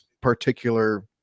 particular